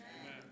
Amen